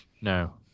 No